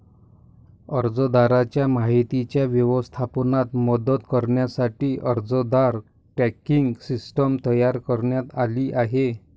अर्जदाराच्या माहितीच्या व्यवस्थापनात मदत करण्यासाठी अर्जदार ट्रॅकिंग सिस्टीम तयार करण्यात आली आहे